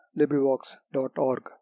LibriVox.org